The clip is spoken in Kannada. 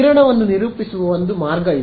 ಕಿರಣವನ್ನು ನಿರೂಪಿಸುವ ಒಂದು ಮಾರ್ಗ ಇದು